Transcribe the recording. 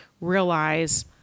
realize